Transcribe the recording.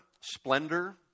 splendor